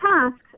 tasks